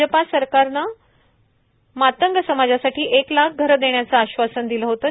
भाजपा सरकारनं मातंग समाजासाठी एक लाख घरं देण्याचं आश्वासन दिलं होतं